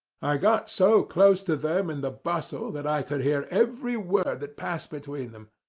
i got so close to them in the bustle that i could hear every word that passed between them.